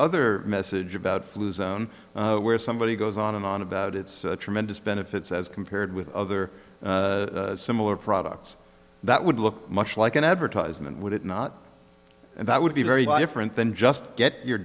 other message about flu zone where somebody goes on and on about its tremendous benefits as compared with other similar products that would look much like an advertisement would it not and that would be very different than just get your